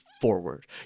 forward